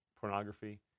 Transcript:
pornography